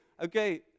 okay